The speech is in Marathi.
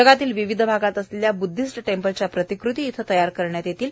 जगातील विविध भागात असलेल्या ब्द्धिस्ट टेम्पलच्या प्रतिकृती इथं तयार करण्यात येतील